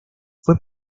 fue